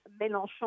Mélenchon